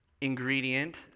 ingredient